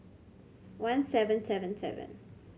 one seven seven seven